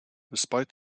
despite